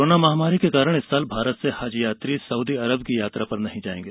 हजयात्रा corona महामारी के कारण इस साल भारत से हज यात्री सउदी अरब की यात्रा पर नहीं जाएंगे